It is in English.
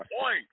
point